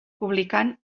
publicant